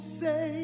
say